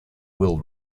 will